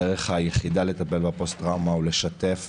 הדרך היחידה לטפל בפוסט טראומה היא לשתף